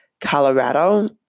Colorado